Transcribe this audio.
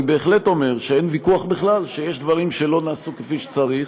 אני בהחלט אומר שאין ויכוח בכלל שיש דברים שלא נעשו כפי שצריך.